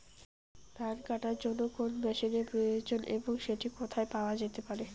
ধান কাটার জন্য কোন মেশিনের প্রয়োজন এবং সেটি কোথায় পাওয়া যেতে পারে?